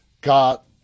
got